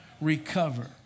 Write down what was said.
recover